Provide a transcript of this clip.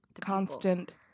Constant